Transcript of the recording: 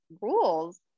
rules